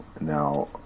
Now